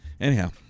anyhow